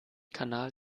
kanal